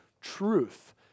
truth